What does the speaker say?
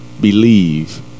believe